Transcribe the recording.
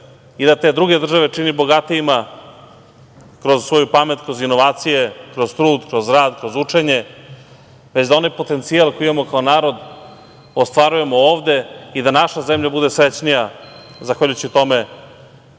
i da te druge države čini bogatijima kroz svoju pamet, kroz inovacije, kroz trud, kroz rad, kroz učenje, već da onaj potencijal koji imamo kao narod ostvarujemo ovde i da naša zemlja bude srećnija zahvaljujući tome